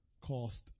cost